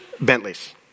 Bentleys